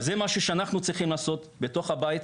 זה משהו שאנחנו צריכים לעשות בתוך הבית,